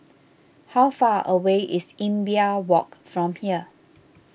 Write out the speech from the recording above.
how far away is Imbiah Walk from here